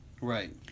Right